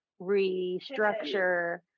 restructure